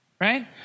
Right